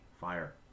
fire